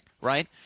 right